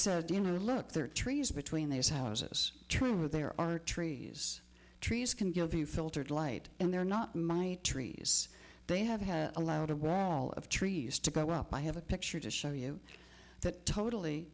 said you know look there are trees between these houses true there are trees trees can give you filtered light and they're not my trees they have had allowed of all of trees to go up i have a picture to show you that totally